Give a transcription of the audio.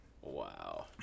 Wow